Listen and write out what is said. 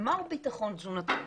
מה הוא ביטחון תזונתי.